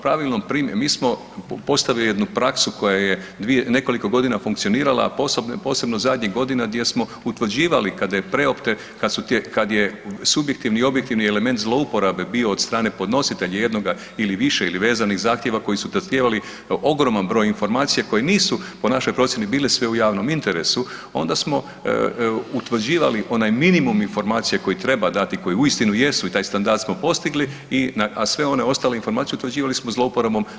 Pravilnom .../nerazumljivo/... mi smo postavili jednu praksu koja je nekoliko godina funkcionirala, a posebno zadnjih godina gdje smo utvrđivali, kada je subjektivni i objektivi element zlouporabe bio od strane podnositelja jednoga ili više ili vezanih zahtjeva koji su zahtijevali ogroman broj informacija koje nisu po našoj procjeni bile sve u javnom interesu, onda smo utvrđivali onaj minimum informacija koje treba dati, koje uistinu jesu i taj standard smo postigli, a sve one ostale informacije utvrđivali smo zlouporabom.